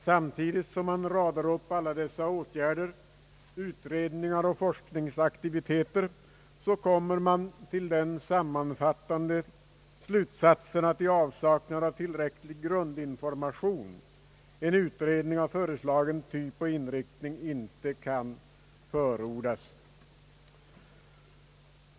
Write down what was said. Samtidigt som man radar upp alla dessa åtgärder, utredningar och forskningsaktiviteter, kommer man till den sammanfattande slutsatsen, att i avsaknad av tillräcklig grundinformation en utredning av föreslagen typ och inriktning inte kan förordas.